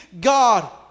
God